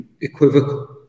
equivocal